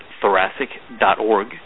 thoracic.org